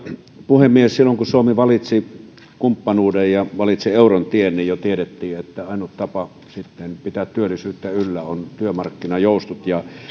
puhemies silloin kun suomi valitsi kumppanuuden ja valitsi euron tien jo tiedettiin että ainut tapa pitää työllisyyttä yllä on työmarkkinajoustot